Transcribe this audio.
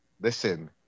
Listen